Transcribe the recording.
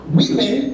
women